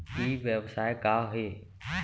ई व्यवसाय का हे?